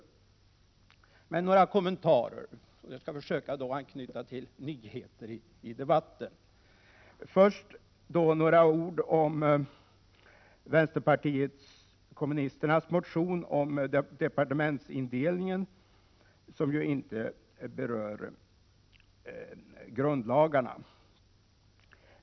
Men jag vill göra några kommentarer och skall då försöka anknyta till nyheter i debatten. Först några ord om vänsterpartiet kommunisternas motion om departementsindelningen, som ju inte berör grundlagarna.